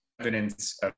evidence